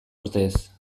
urtez